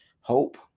HOPE